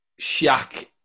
Shaq